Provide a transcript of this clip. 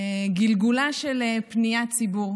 גלגולה של פניית ציבור.